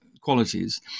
qualities